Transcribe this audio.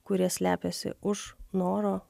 kurie slepiasi už noro